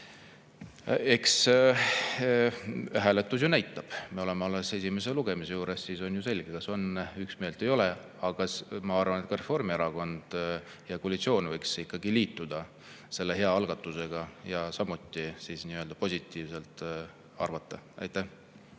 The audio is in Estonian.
Eks hääletus näitab – me oleme alles esimese lugemise juures –, siis on selge, kas on üksmeel või ei ole. Aga ma arvan, et ka Reformierakond ja koalitsioon võiks ikkagi liituda selle hea algatusega ja samuti nii-öelda positiivselt [sellesse